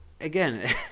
again